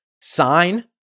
sign